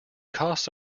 costs